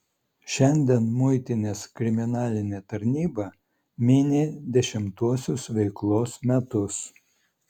šiandien muitinės kriminalinė tarnyba mini dešimtuosius veiklos metus